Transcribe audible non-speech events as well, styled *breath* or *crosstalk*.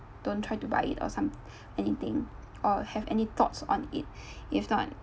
don't try to buy it or some~ *breath* anything or have any thoughts on it *breath* if not